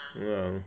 ya mm